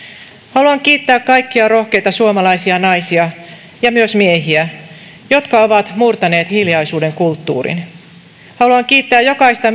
haluan kiittää kaikkia rohkeita suomalaisia naisia ja myös miehiä jotka ovat murtaneet hiljaisuuden kulttuurin haluan kiittää jokaista